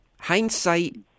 hindsight